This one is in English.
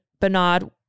Bernard